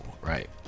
right